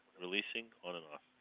releasing, on and off.